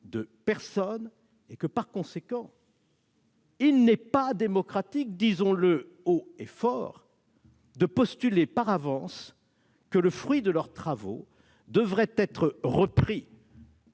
de personne. Par conséquent, il n'est pas démocratique, disons-le haut et fort, de postuler par avance que le fruit de leurs travaux devrait être repris